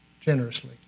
generously